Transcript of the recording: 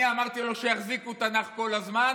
אני אמרתי לו שיחזיקו תנ"ך כל הזמן